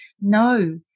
no